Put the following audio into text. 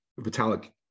Vitalik